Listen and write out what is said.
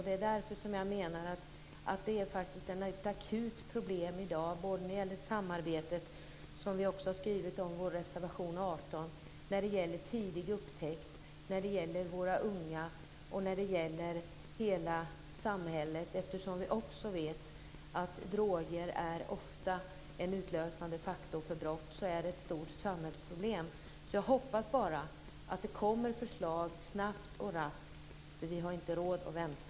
Det är därför som jag menar att det är ett akut problem i dag både när det gäller samarbetet, som vi också har skrivit om i vår reservation 18, och när det gäller tidig upptäckt av missbruk bland våra unga och i hela samhället. Eftersom vi också vet att droger ofta är en utlösande faktor för brott är det ett stort samhällsproblem. Jag hoppas bara att det kommer ett förslag snabbt och raskt, för vi har inte råd att vänta.